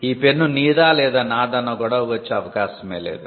ఈ పెన్ను నీదా లేదా నాదా అన్న గొడవ వచ్చే అవకాశమే లేదు